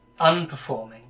unperforming